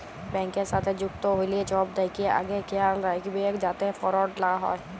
ব্যাংকের সাথে যুক্ত হ্যলে ছব থ্যাকে আগে খেয়াল রাইখবেক যাতে ফরড লা হ্যয়